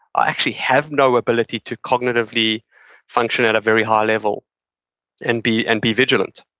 i actually have no ability to cognitively function at a very high level and be and be vigilant.